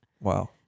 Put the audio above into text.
Wow